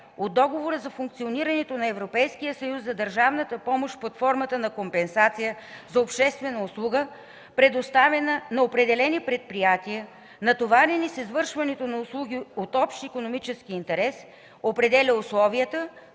от Договора за функционирането на Европейския съюз за държавната помощ под формата на компенсация за обществена услуга, предоставена на определени предприятия, натоварени с извършването на услуги от общ икономически интерес, определя условията,